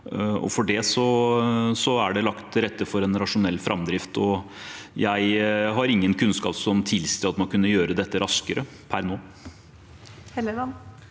for det er det lagt til rette for en rasjonell framdrift. Jeg har ingen kunnskap som tilsier at man kunne gjøre dette raskere